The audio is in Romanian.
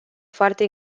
foarte